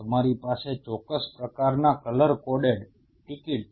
તમારી પાસે ચોક્કસ પ્રકારની કલર કોડેડ ટિકિટ છે